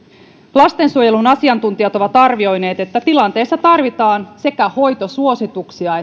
lastensuojelun asiantuntijat ovat arvioineet että tilanteessa tarvitaan sekä hoitosuosituksia